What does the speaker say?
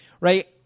Right